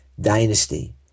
dynasty